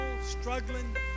struggling